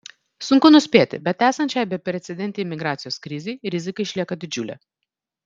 sunku nuspėti bet esant šiai beprecedentei migracijos krizei rizika išlieka didžiulė